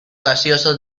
gaseoso